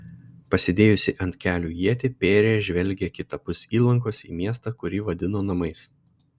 pasidėjusi ant kelių ietį pėrė žvelgė kitapus įlankos į miestą kurį vadino namais